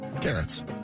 Carrots